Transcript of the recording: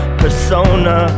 persona